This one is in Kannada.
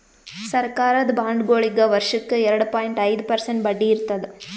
ಸರಕಾರದ ಬಾಂಡ್ಗೊಳಿಗ್ ವರ್ಷಕ್ಕ್ ಎರಡ ಪಾಯಿಂಟ್ ಐದ್ ಪರ್ಸೆಂಟ್ ಬಡ್ಡಿ ಇರ್ತದ್